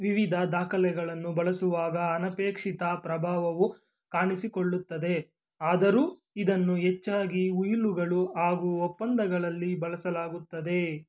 ವಿವಿಧ ದಾಖಲೆಗಳನ್ನು ಬಳಸುವಾಗ ಅನಪೇಕ್ಷಿತ ಪ್ರಭಾವವು ಕಾಣಿಸಿಕೊಳ್ಳುತ್ತದೆ ಆದರೂ ಇದನ್ನು ಹೆಚ್ಚಾಗಿ ಉಯಿಲುಗಳು ಹಾಗೂ ಒಪ್ಪಂದಗಳಲ್ಲಿ ಬಳಸಲಾಗುತ್ತದೆ